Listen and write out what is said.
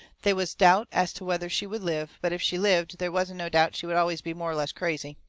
they was doubt as to whether she would live, but if she lived they wasn't no doubts she would always be more or less crazy.